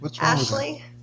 Ashley